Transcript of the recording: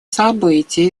событий